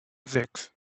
sechs